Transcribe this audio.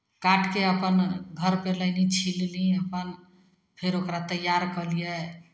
काटि कऽ अपन घरपर लयली छिलली अपन फेर ओकरा तैयार कयलियै